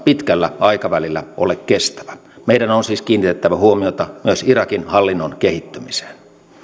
pitkällä aikavälillä ole kestävä meidän on on siis kiinnitettävä huomiota myös irakin hallinnon kehittämiseen